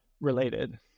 related